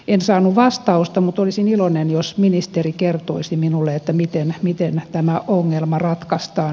en saanut vastausta mutta olisin iloinen jos ministeri kertoisi minulle miten tämä ongelma ratkaistaan